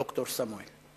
ד"ר סמואל.